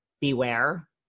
beware